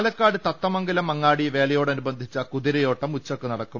പാലക്കാട് തത്തമംഗലം അങ്ങാടി വേലയോടാനുബന്ധിച്ച കുതിരയോട്ടം ഉച്ചക്ക് നടക്കും